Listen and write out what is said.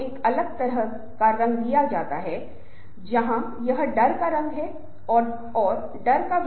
गठन के बाद अगला चरण आता है जिसे स्टॉर्मिंग कहा जाता है